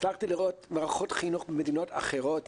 הצלחתי לראות מערכות חינוך במדינות אחרות,